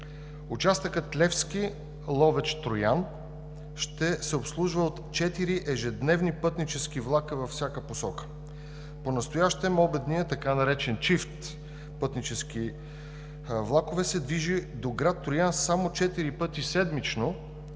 Участъкът Левски – Ловеч – Троян ще се обслужва от четири ежедневни пътнически влака във всяка посока. Понастоящем обедният, така наречен чифт пътнически влакове, се движи до град Троян само четири пъти седмично,